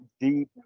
deep